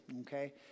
okay